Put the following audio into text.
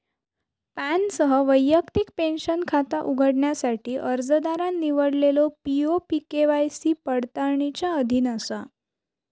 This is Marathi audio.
पॅनसह वैयक्तिक पेंशन खाता उघडण्यासाठी अर्जदारान निवडलेलो पी.ओ.पी के.वाय.सी पडताळणीच्या अधीन असा